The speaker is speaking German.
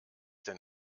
denn